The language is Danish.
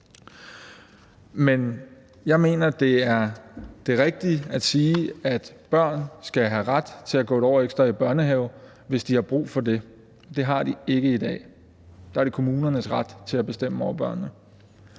men jeg mener, det er det er rigtigt at sige, at børn skal have ret til at gå 1 år ekstra i børnehave, hvis de har brug for det. Det har de ikke i dag; der er det kommunernes ret at bestemme over børnene.